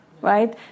right